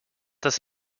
das